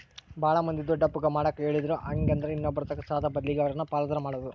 ಬಾಳ ಮಂದಿ ದೊಡ್ಡಪ್ಪಗ ಮಾಡಕ ಹೇಳಿದ್ರು ಹಾಗೆಂದ್ರ ಇನ್ನೊಬ್ಬರತಕ ಸಾಲದ ಬದ್ಲಗೆ ಅವರನ್ನ ಪಾಲುದಾರ ಮಾಡೊದು